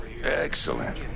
Excellent